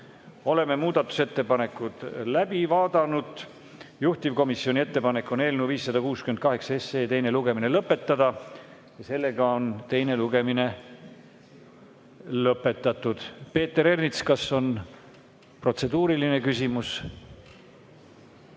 Oleme muudatusettepanekud läbi vaadanud. Juhtivkomisjoni ettepanek on eelnõu 568 teine lugemine lõpetada. Teine lugemine on lõpetatud. Peeter Ernits, kas on protseduuriline küsimus?